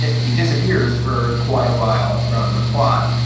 he disappears for quite awhile from the plot.